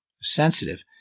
sensitive